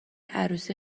عروسی